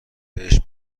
بهش